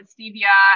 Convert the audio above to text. Stevia